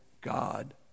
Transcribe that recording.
God